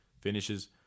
finishes